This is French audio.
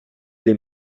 les